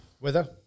Weather